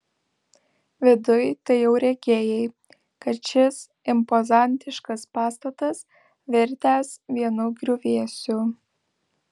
viduj tai jau regėjai kad šis impozantiškas pastatas virtęs vienu griuvėsiu